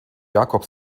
jacob